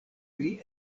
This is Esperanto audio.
pri